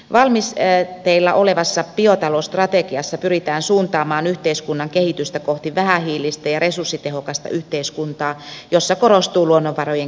valmisteilla olevassa biotalousstrategiassa pyritään suuntaamaan yhteiskunnan kehitystä kohti vähähiilistä ja resurssitehokasta yhteiskuntaa jossa korostuu luonnonvarojen kestävä käyttö